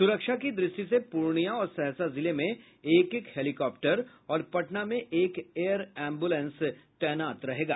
सुरक्षा की द्रष्टि से पूर्णियां और सहरसा जिले में एक एक हेलीकॉप्टर और पटना में एक एयर एम्बुलेंस तैनात रहेगा